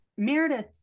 meredith